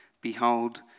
Behold